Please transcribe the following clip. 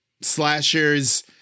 slashers